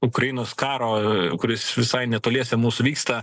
ukrainos karo kuris visai netoliese mūsų vyksta